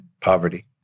poverty